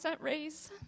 raise